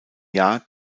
jahr